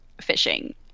fishing